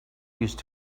used